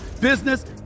business